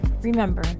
Remember